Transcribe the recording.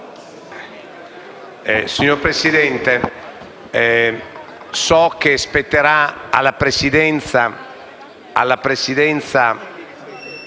Signor Presidente, so che spetterà alla Presidenza